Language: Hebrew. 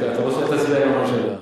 בסוף תצביע עם הממשלה.